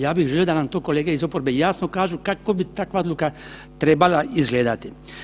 Ja bih želio da nam to kolege iz oporbe jasno kažu kako bi takva odluka trebala izgledati.